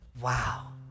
wow